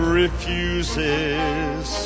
refuses